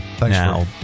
now